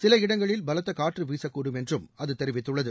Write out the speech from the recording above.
சில இடங்களில் பலத்த காற்று வீசக்கூடும் என்றும் அது தெரிவித்துள்ளது